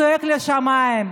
צועק לשמיים.